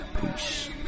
Peace